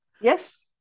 Yes